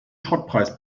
schrottpreis